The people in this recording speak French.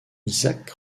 isaac